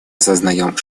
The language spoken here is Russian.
осознаем